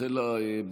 נאחל לה בריאות.